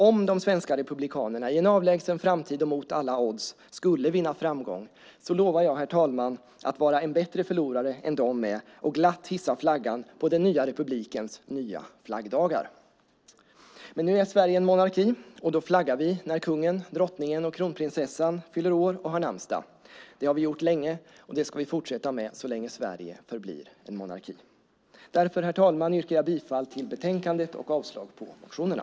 Om de svenska republikanerna i en avlägsen framtid och mot alla odds skulle vinna framgång lovar jag, herr talman, att vara en bättre förlorare än de är och glatt hissa flaggan på den nya republikens nya flaggdagar. Men nu är Sverige en monarki, och då flaggar vi när kungen, drottningen och kronprinsessan fyller år och har namnsdag. Det har vi gjort länge, och det ska vi fortsätta med så länge Sverige förblir en monarki. Därför, herr talman, yrkar jag bifall till förslaget i betänkandet och avslag på motionerna.